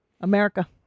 America